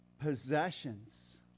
possessions